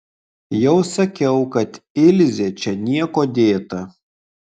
jau sakiau kad ilzė čia niekuo dėta